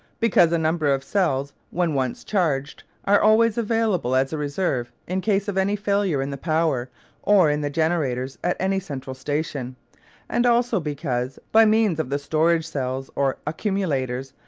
because a number of cells, when once charged, are always available as a reserve in case of any failure in the power or in the generators at any central station and also because, by means of the storage cells or accumulators,